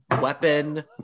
weapon